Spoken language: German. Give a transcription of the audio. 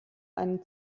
einen